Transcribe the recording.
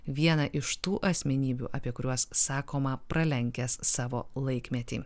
vieną iš tų asmenybių apie kuriuos sakoma pralenkęs savo laikmetį